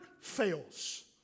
fails